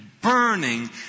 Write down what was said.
burning